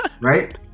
Right